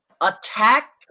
attack